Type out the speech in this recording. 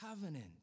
covenant